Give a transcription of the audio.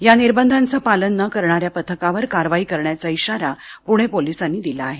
या निर्वंधांचं पालन न करणाऱ्या पथकावर कारवाई करण्याचा इशारा पुणे पोलिसांनी दिला आहे